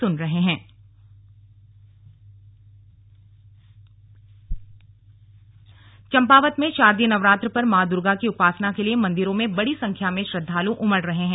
slug शारदीय नवरात्र चंपावत में शारदीय नवरात्र पर मां दुर्गा की उपासना के लिए मंदिरों में बड़ी संख्या में श्रद्वालू उमड़ रहे हैं